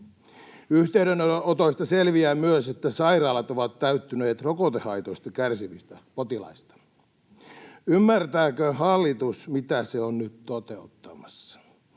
Yhteydenotoista selviää myös, että sairaalat ovat täyttyneet rokotehaitoista kärsivistä potilaista. Ymmärtääkö hallitus, mitä se on nyt toteuttamassa?